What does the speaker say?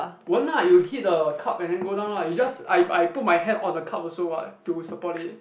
won't lah you hit the cup and then go down lah you just I I put my hand on the cup also what to support it